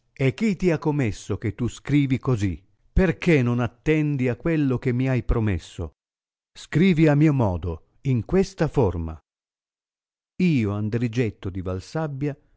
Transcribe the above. e chi ti ha comesso che tu scrivi così perchè non attendi a quello che mi hai promesso scrivi a mio modo in questa t'orma io andrigetto di valsabbia